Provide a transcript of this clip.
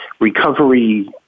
recovery